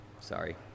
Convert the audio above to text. Sorry